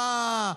אה,